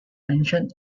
ancient